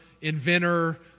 Inventor